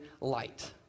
light